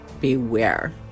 beware